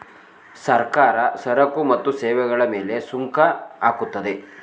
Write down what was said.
ಸರ್ಕಾರ ಸರಕು ಮತ್ತು ಸೇವೆಗಳ ಮೇಲೆ ಸುಂಕ ಹಾಕುತ್ತದೆ